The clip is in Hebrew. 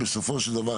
בסופו של דבר,